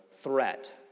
threat